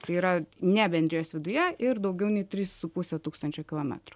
tai yra ne bendrijos viduje ir daugiau nei trys su puse tūkstančio kilometrų